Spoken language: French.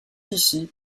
ici